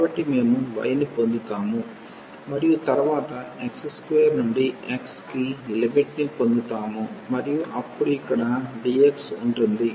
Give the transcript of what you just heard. కాబట్టి మేము y ని పొందుతాము మరియు తరువాత x2 నుండి x కి లిమిట్ ని పొందుతాము మరియు అప్పుడు ఇక్కడ dx ఉంటుంది